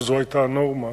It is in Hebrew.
שזו היתה הנורמה,